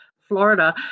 Florida